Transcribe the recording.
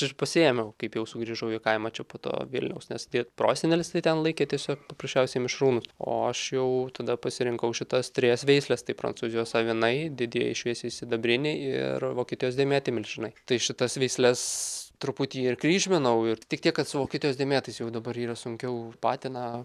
aš pasiėmiau kaip jau sugrįžau į kaimą čia po to vilniaus nes tiek prosenelis tai ten laikė tiesiog paprasčiausiai mišrūnus o aš jau tada pasirinkau šitas trejas veisles tai prancūzijos avinai didieji šviesiai sidabriniai ir vokietijos dėmėti milžinai tai šitas veisles truputį ir kryžminau ir tik tiek kad su vokietijos dėmėtais jau dabar yra sunkiau patiną